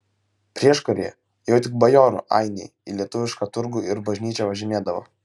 prieškaryje jau tik bajorų ainiai į lietuvišką turgų ir bažnyčią važinėdavo